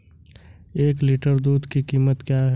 एक लीटर दूध की कीमत क्या है?